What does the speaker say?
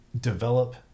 develop